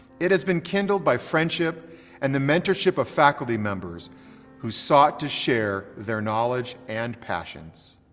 it has been kindled by friendship and the mentorship of faculty members who sought to share their knowledge and passions.